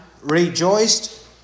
rejoiced